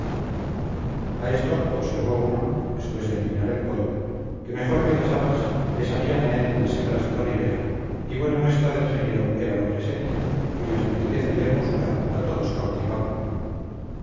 a esto observó uno después de empinar el codo que mejor que las habas le sabían a él las hembras de la ribera y buena muestra del género eralo presente cuya gentileza y hermosura a todos cautivaban